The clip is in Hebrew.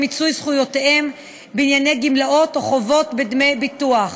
מיצוי זכויותיהם בענייני גמלאות או חובות בדמי ביטוח,